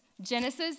Genesis